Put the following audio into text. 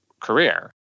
career